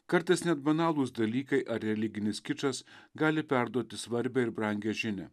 kartais net banalūs dalykai ar religinis kičas gali perduoti svarbią ir brangią žinią